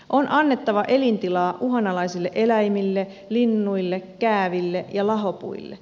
on annettava elintilaa uhanalaisille eläimille linnuille kääville ja lahopuille